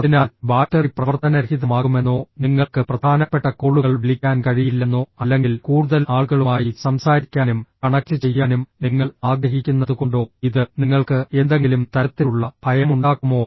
അതിനാൽ ബാറ്ററി പ്രവർത്തനരഹിതമാകുമെന്നോ നിങ്ങൾക്ക് പ്രധാനപ്പെട്ട കോളുകൾ വിളിക്കാൻ കഴിയില്ലെന്നോ അല്ലെങ്കിൽ കൂടുതൽ ആളുകളുമായി സംസാരിക്കാനും കണക്റ്റ് ചെയ്യാനും നിങ്ങൾ ആഗ്രഹിക്കുന്നതുകൊണ്ടോ ഇത് നിങ്ങൾക്ക് എന്തെങ്കിലും തരത്തിലുള്ള ഭയം ഉണ്ടാക്കുമോ